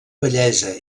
bellesa